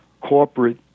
corporate